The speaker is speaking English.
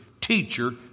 teacher